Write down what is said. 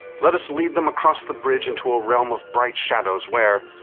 let us lead them across the bridge into a realm of bright shadows where,